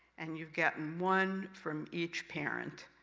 and you've gotten one from each parent.